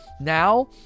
Now